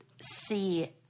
see